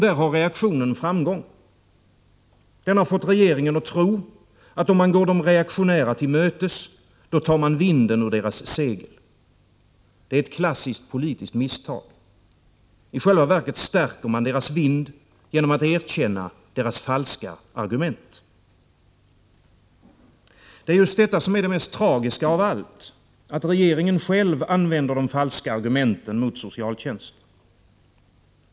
Där har reaktionen framgång. Den har fått regeringen att tro att om man går de reaktionära till mötes, då tar man vinden ur deras segel. Det är ett klassiskt politiskt misstag. I själva verket stärker man deras vind genom att erkänna deras falska argument. Det är just detta som är det mest tragiska av allt — att regeringen själv använder de falska argumenten mot socialtjänsten.